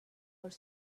are